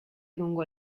lungo